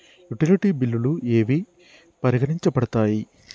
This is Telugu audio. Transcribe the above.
యుటిలిటీ బిల్లులు ఏవి పరిగణించబడతాయి?